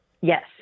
Yes